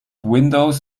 windows